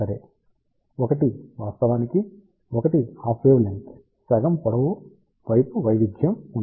సరే 1 వాస్తవానికి 1 half wavelength సగం పొడవు వైపు వైవిధ్యం ఉందని సూచిస్తుంది